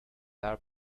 are